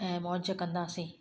ऐं मौज कंदासीं